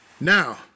Now